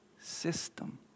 system